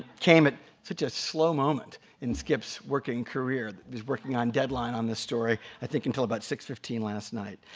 came at such a slow moment in skip's working career. he's working on deadline on this story i think until about six fifteen last night.